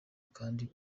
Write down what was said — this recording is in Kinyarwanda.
kandi